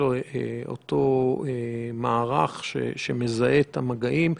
אותו מערך שמזהה את המגעים,